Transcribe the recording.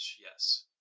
Yes